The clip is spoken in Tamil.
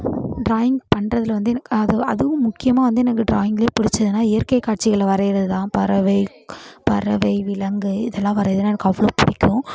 டிராயிங் பண்றதில் வந்து எனக்கு அது அதுவும் முக்கியமாக வந்து எனக்கு ட்ராயிங்லேயே பிடிச்சதுனா இயற்கை காட்சிகளை வரையறது தான் பறவை பறவை விலங்கு இதெல்லாம் வரையறதுனா எனக்கு அவ்வளோ பிடிக்கும்